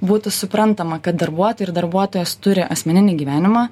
būtų suprantama kad darbuotojai ir darbuotojos turi asmeninį gyvenimą